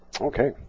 Okay